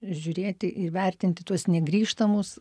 žiūrėti įvertinti tuos negrįžtamus